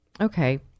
okay